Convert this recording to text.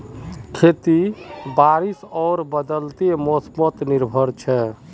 खेती बारिश आर बदलते मोसमोत निर्भर छे